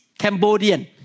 Cambodian